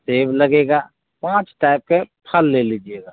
सेब लगेगा पाँच टाइप के फल ले लीजिएगा